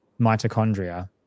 mitochondria